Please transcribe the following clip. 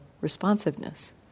responsiveness